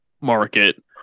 market